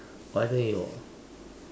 why don't you